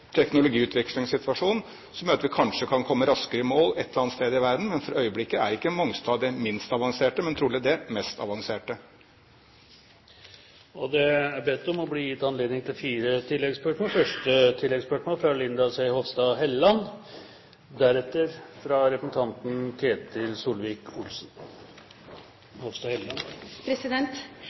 som gjør at vi kanskje kan komme raskere i mål et eller annet sted i verden. For øyeblikket er ikke Mongstad det minst avanserte, men trolig det mest avanserte. Det blir gitt anledning til fire oppfølgingsspørsmål – først fra Linda C. Hofstad Helleland.